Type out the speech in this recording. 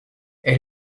elle